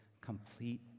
complete